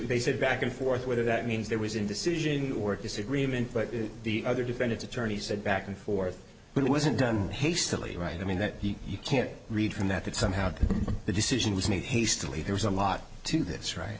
they said back and forth whether that means there was indecision or disagreement but the other defendant's attorney said back and forth but it wasn't done hastily right i mean that you can read from that that somehow the decision was made hastily there was a lot to this right